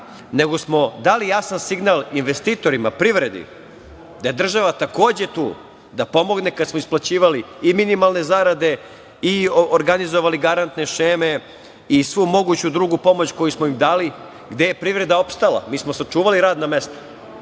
nego smo dali jasan signal investitorima, privredi da je država takođe tu da pomogne kada smo isplaćivali i minimalne zarade i organizovali garante šeme i svu moguću drugu pomoć koju smo dali, gde je privreda opstala. Mi smo sačuvali radna mesta,